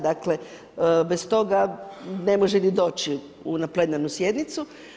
Dakle, bez toga ne može ni doći na plenarnu sjednicu.